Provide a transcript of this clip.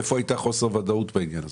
היכן היה חוסר ודאות בעניין הזה?